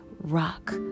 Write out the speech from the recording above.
rock